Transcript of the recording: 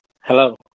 Hello